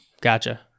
gotcha